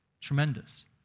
tremendous